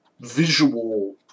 visual